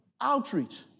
outreach